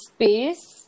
Space